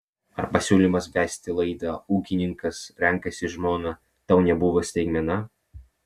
ar pasiūlymas vesti laidą ūkininkas renkasi žmoną tau nebuvo staigmena